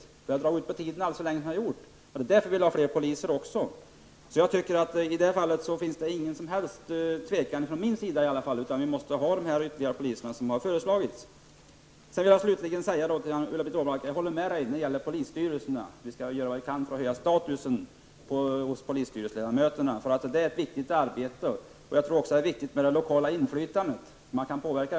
Det har redan dragit ut på tiden alltför länge, och också av den anledningen vill vi ha fler poliser. I det här fallet känner jag ingen som helst tvekan. Vi måste ha det ytterligare antal poliser som föreslagits. Sedan vill jag slutligen till Ulla-Britt Åbark säga att jag håller med henne när det gäller polisstyrelserna. Vi skall göra vad vi kan för att höja polisstyrelseledamöternas status. Det är ett viktigt arbete. Det lokala inflytandet är också viktigt och en möjlig väg att påverka.